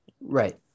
Right